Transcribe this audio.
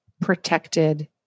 protected